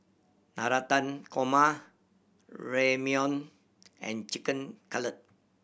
Navratan Korma Ramyeon and Chicken Cutlet